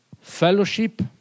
Fellowship